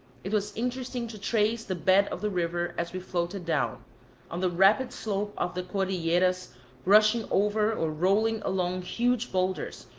it was interesting to trace the bed of the river as we floated down on the rapid slope of the cordilleras rushing over or rolling along huge boulders,